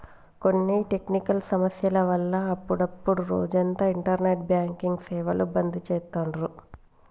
కొన్ని టెక్నికల్ సమస్యల వల్ల అప్పుడప్డు రోజంతా ఇంటర్నెట్ బ్యాంకింగ్ సేవలు బంద్ చేత్తాండ్రు